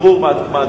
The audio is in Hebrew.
אמרתי בבירור מה היתה,